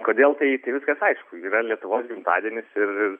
kodėl tai tai viskas aišku yra lietuvos gimtadienis ir